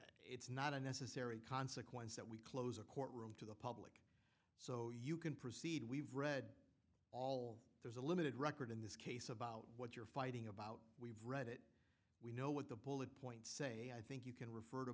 it's not a necessary consequence that we close a courtroom to the public so you can proceed we've read all there's a limited record in this case about what you're fighting about we've read it we know what the bullet points say i thing you can refer to